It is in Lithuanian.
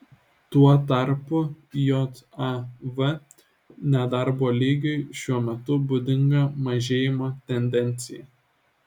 tuo tarpu jav nedarbo lygiui šiuo metu būdinga mažėjimo tendencija